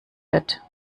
wird